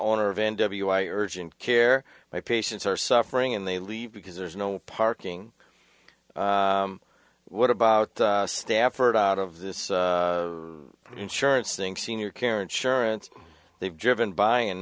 owner of n w i urgent care my patients are suffering and they leave because there's no parking what about stafford out of this insurance thing senior care insurance they've driven by and